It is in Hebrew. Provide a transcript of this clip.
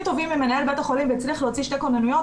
טובים עם מנהל בית החולים והצליח להוציא שתי כונניות,